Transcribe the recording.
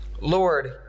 Lord